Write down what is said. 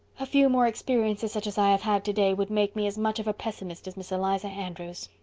a few more experiences such as i have had today would make me as much of a pessimist as miss eliza andrews,